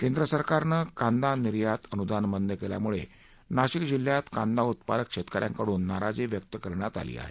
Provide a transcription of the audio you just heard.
केंद्र सरकारनं कांदा निर्यात अनुदान बंद केल्यामुळं नाशिक जिल्ह्यात कांदा उत्पादक शेतकऱ्यांकडून नाराजी व्यक्त करण्यात आली आहे